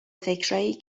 فکرایی